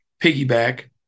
piggyback